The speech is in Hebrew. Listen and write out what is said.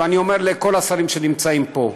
ואני אומר לכל השרים שנמצאים פה,